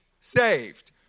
saved